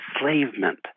enslavement